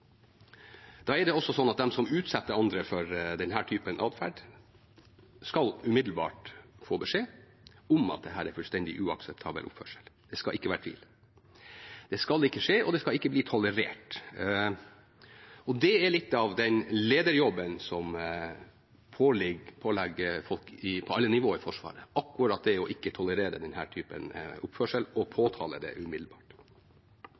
som utsetter andre for denne typen adferd, skal umiddelbart få beskjed om at dette er fullstendig uakseptabel oppførsel. Det skal ikke være tvil. Det skal ikke skje, og det skal ikke bli tolerert. Det er litt av den lederjobben som påligger folk på alle nivåer i Forsvaret – akkurat det å ikke tolerere denne typen oppførsel og